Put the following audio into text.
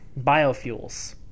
biofuels